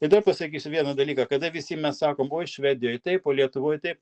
i dar pasakysiu vieną dalyką kada visi mes sakom oi švedijoj taip o lietuvoj taip